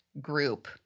group